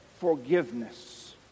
forgiveness